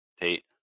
Tate